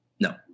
No